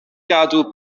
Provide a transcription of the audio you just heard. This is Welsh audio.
gadw